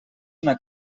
una